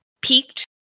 peaked